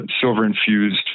silver-infused